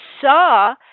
saw